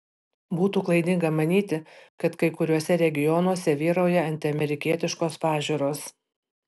būtų klaidinga manyti kad kai kuriuose regionuose vyrauja antiamerikietiškos pažiūros